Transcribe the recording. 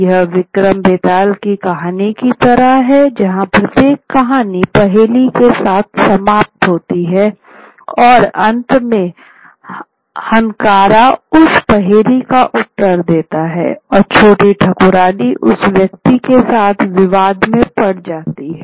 यह विक्रम बेताल की कहानी की तरह है जहाँ प्रत्येक कहानी पहेली के साथ समाप्त होती है और अंत में हनकारा उस पहेली का उत्तर देता है और छोटी ठाकुरायन उस व्यक्ति के साथ विवाद में पड़ जाती है